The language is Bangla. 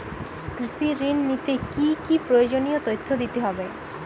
কৃষি ঋণ নিতে কি কি প্রয়োজনীয় তথ্য দিতে হবে?